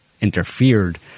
interfered